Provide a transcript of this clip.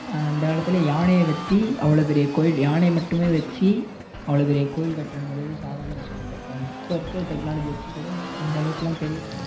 அந்த காலத்திலயே யானையை வச்சு அவ்வளோ பெரிய கோயில் யானை மட்டுமே வச்சு அவ்வளோ பெரிய கோயில் கட்றங்கிறது சாதாரண விஷயம் இல்லை இப்போ இருக்கற டெக்னாலஜியை வச்சு கூட அந்த அளவுக்கெலாம் பெரிய